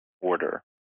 Order